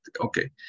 okay